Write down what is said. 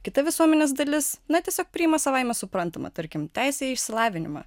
kita visuomenės dalis na tiesiog priima savaime suprantama tarkim teisė į išsilavinimą